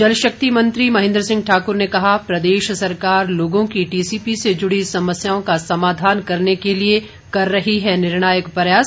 जलशक्ति मंत्री महेन्द्र सिंह ठाकुर ने कहा प्रदेश सरकार लोगों की टीसीपी से जुड़ी समस्याओं का समाधान करने के लिए कर रही है निर्णायक प्रयास